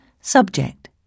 Subject